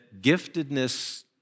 giftedness